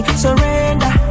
surrender